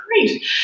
great